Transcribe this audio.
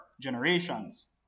generations